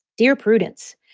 dear prudence,